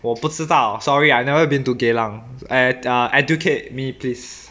我不知道 sorry I never been to geylang eh ah educate me please